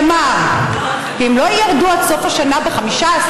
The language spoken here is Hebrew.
שאמר: אם לא ירדו עד סוף השנה ב-15%,